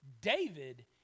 David